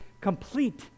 complete